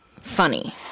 funny